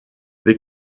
they